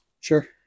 Sure